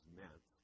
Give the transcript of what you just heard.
meant